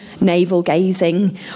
navel-gazing